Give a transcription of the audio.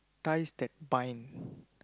ties that bind